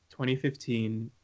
2015